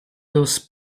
those